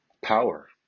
power